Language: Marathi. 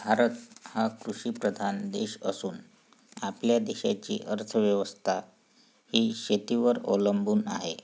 भारत हा कृषीप्रधान देश असून आपल्या देशाची अर्थव्यवस्था ही शेतीवर अवलंबून आहे